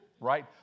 Right